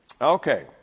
Okay